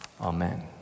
Amen